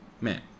Man